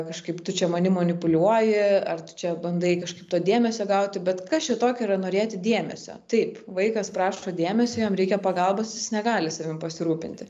kažkaip tu čia manim manipuliuoji ar tu čia bandai kažkaip to dėmesio gauti bet kas čia tokio yra norėti dėmesio taip vaikas prašo dėmesio jam reikia pagalbos jis negali savim pasirūpinti